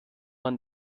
man